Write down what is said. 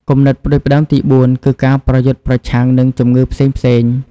គំនិតផ្តួចផ្តើមទីបួនគឺការប្រយុទ្ធប្រឆាំងនឹងជំងឺផ្សេងៗ។